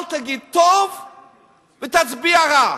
אל תגיד טוב ותצביע רע.